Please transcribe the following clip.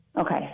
Okay